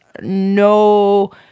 no